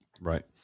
Right